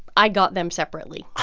i got them separately